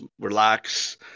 relax